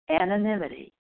anonymity